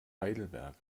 heidelberg